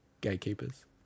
gatekeepers